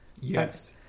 yes